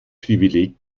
privileg